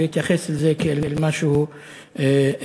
להתייחס לזה כאל משהו מיוחד,